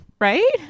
right